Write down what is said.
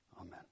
Amen